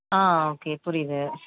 ஆ okay புரியுது